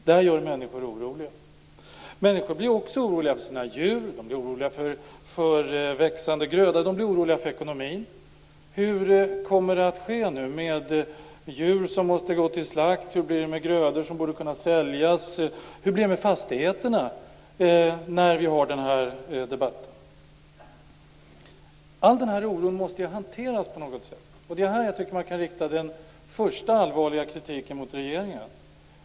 Detta gör människor oroliga. Människor blir också oroliga för sina djur. De blir oroliga för växande gröda. De blir oroliga för ekonomin. Vad kommer att ske med djur som måste gå till slakt? Hur blir det med grödor som borde kunna säljas? Hur blir det med fastigheterna? All denna oro måste hanteras på något sätt. Det är här jag tycker att vi kan rikta den första allvarliga kritiken mot regeringen.